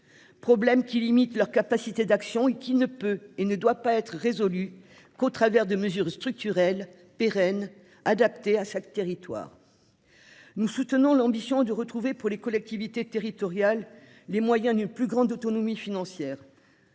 Problème qui limitent leur capacité d'action et qui ne peut et ne doit pas être résolu qu'au travers de mesures structurelles pérenne adaptées à chaque territoire. Nous soutenons l'ambition de retrouver pour les collectivités territoriales, les moyens d'une plus grande autonomie financière.